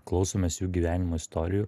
klausomės jų gyvenimo istorijų